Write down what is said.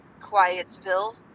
Quietsville